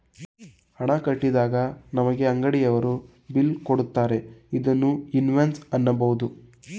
ಹಣ ಕಟ್ಟಿದಾಗ ನಮಗೆ ಅಂಗಡಿಯವರು ಬಿಲ್ ಕೊಡುತ್ತಾರೆ ಇದನ್ನು ಇನ್ವಾಯ್ಸ್ ಅನ್ನಬೋದು